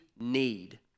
need